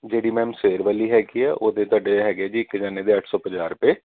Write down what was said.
ਜਿਹੜੀ ਮੈਮ ਸਵੇਰ ਵਾਲੀ ਹੈਗੀ ਆ ਉਹਦੇ ਤੁਹਾਡੇ ਹੈਗੇ ਜੀ ਇੱਕ ਜਣੇ ਦੇ ਅੱਠ ਸੌ ਪੰਜਾਹ ਰੁਪਏ